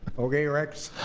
okay, rex?